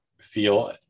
feel